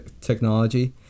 technology